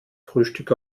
frühstück